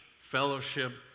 fellowship